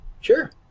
Sure